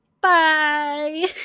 bye